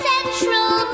Central